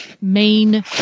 main